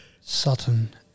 Sutton